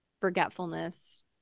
forgetfulness